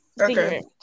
Okay